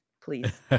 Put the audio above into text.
please